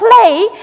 play